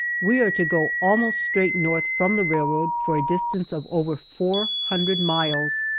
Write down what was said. we are to go almost straight north from the railroad for a distance of over four hundred miles,